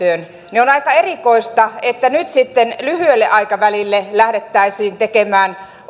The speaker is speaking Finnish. aika erikoista että nyt sitten lyhyelle aikavälille lähdettäisiin tekemään